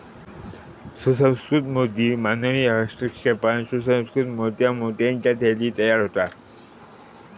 सुसंस्कृत मोती मानवी हस्तक्षेपान सुसंकृत मोत्या मोत्याच्या थैलीत तयार होता